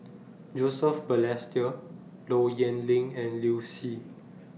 Joseph Balestier Low Yen Ling and Liu Si